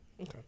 Okay